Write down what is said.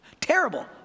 terrible